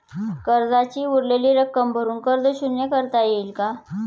कर्जाची उरलेली रक्कम भरून कर्ज शून्य करता येईल का?